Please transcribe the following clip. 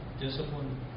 discipline